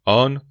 on